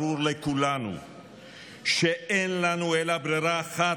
ברור לכולנו שאין לנו אלא ברירה אחת: